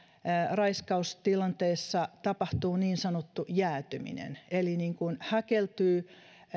raiskaustilanteessa tapahtuu niin sanottu jäätyminen eli uhri häkeltyy